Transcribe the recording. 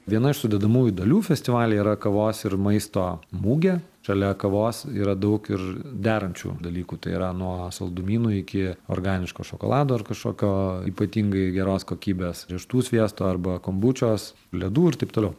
viena iš sudedamųjų dalių festivalyje yra kavos ir maisto mugė šalia kavos yra daug ir derančių dalykų tai yra nuo saldumynų iki organiško šokolado ir kažkokio ypatingai geros kokybės riešutų sviesto arba kombučos ledų ir taip toliau